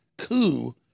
coup